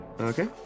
Okay